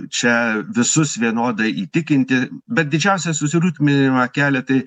čia visus vienodai įtikinti bet didžiausią susirūpinimą kelia tai